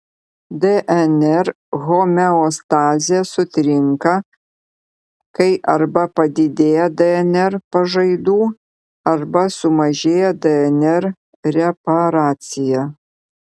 dnr homeostazė sutrinka kai arba padidėja dnr pažaidų arba sumažėja dnr reparacija